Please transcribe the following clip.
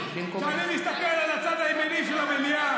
כשאני מסתכל על הצד הימני של המליאה,